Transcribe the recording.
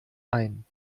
ein